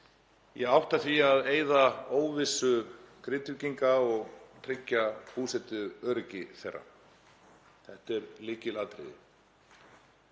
í átt að því að eyða óvissu Grindvíkinga og tryggja búsetuöryggi þeirra. Þetta er lykilatriði.